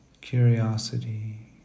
curiosity